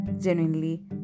genuinely